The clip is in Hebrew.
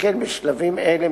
שכן בשלבים אלה,